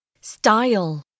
Style